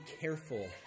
careful